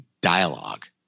dialogue